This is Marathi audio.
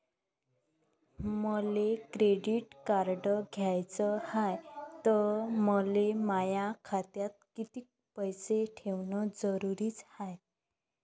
मले क्रेडिट कार्ड घ्याचं हाय, त मले माया खात्यात कितीक पैसे ठेवणं जरुरीच हाय?